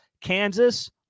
Kansas